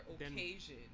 occasion